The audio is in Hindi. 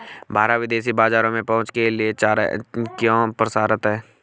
भारत विदेशी बाजारों में पहुंच के लिए क्यों प्रयासरत है?